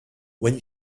when